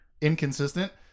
Inconsistent